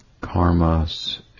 karma's